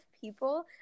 people